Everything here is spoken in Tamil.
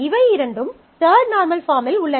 இவை இரண்டும் தர்ட் நார்மல் பாஃர்ம்மில் உள்ளன